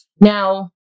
Now